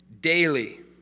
daily